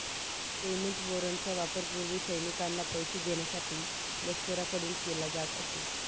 payment वॉरंटचा वापर पूर्वी सैनिकांना पैसे देण्यासाठी लष्कराकडून केला जात असे